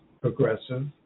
Progressive